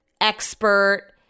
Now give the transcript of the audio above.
expert